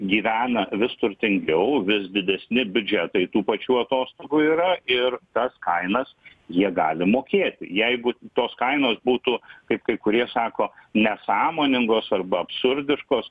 gyvena vis turtingiau vis didesni biudžetai tų pačių atostogų yra ir tas kainas jie gali mokėti jeigu tos kainos būtų kaip kai kurie sako nesąmoningos arba absurdiškos